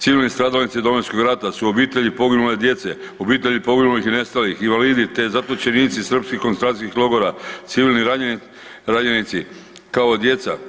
Civilni stradalnici Domovinskog rata su obitelji poginule djece, obitelji poginulih i nestalih, invalidi te zatočenici srpskih koncentracijskih logora, civilni ranjenici kao djeca.